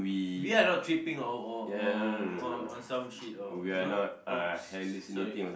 we are not tripping or or or or on some shit or you know !oops! sorry